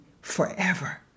forever